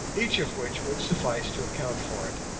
each of which would suffice to account for it.